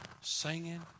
singing